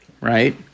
right